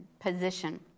position